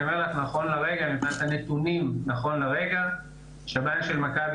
אני אומר מבחינת הנתונים השב"ן של מכבי